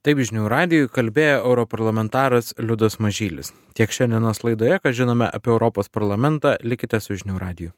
taip žinių radijui kalbėjo europarlamentaras liudas mažylis tiek šiandienos laidoje ką žinome apie europos parlamentą likite su žinių radiju